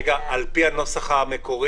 רגע, על פי הנוסח המקורי?